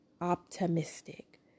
optimistic